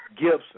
Gibson